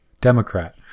democrat